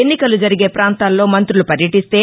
ఎన్నికల జరిగే పాంతాల్లో మంతులు పర్యటీస్తే